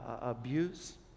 abuse